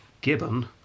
Gibbon